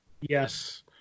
Yes